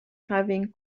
having